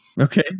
Okay